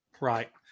right